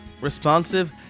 responsive